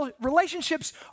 relationships